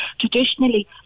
traditionally